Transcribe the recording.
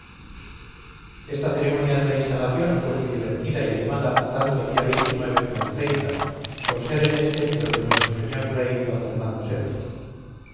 esta ceremonia de la instalación fue muy divertida y animada tanto el día como el por ser en este los de nuestro señor rey d fernando